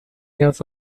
years